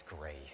grace